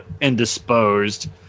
indisposed